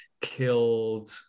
killed